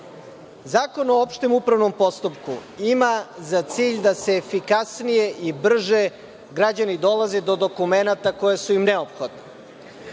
red. Zakon o opštem upravnom postupku ima za cilj da efikasnije i brže građani dolaze do dokumenata koji su im neophodni.